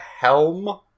helm